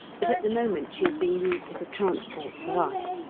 but at the moment she is being used as a transport for us.